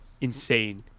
Insane